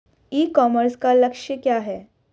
ई commerce का लक्ष्य क्या है?